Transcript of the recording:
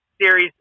series